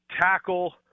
tackle